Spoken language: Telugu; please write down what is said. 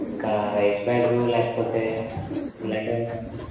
ఇంకా రైస్ బ్యాగు లేకపోతే ఇలాంటి ఏమైనా